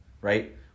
right